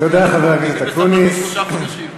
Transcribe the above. אל תדאג, אנחנו ממתינים בסבלנות שלושה חודשים.